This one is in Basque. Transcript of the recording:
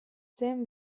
zen